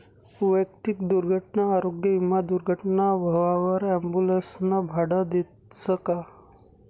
वैयक्तिक दुर्घटना आरोग्य विमा दुर्घटना व्हवावर ॲम्बुलन्सनं भाडं देस का?